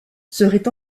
serait